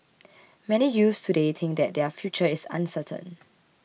many youths today think that their future is uncertain